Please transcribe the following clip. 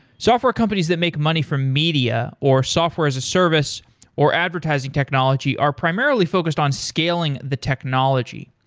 software companies that make money from media or software as a service or advertising technology are primarily focused on scaling the technology.